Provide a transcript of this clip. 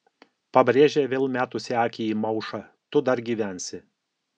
pabrėžė vėl metusi akį į maušą tu dar gyvensi